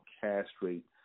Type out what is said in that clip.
castrate